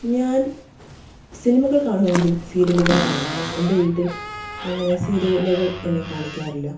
ഞാൻ സിനിമകൾ കാണുമെങ്കിലും സീരിയലുകൾ കാണാറില്ല എൻ്റെ വീട്ടിൽ അങ്ങനെ സീരിയലുകൾ എന്നെ കാണിക്കാറില്ല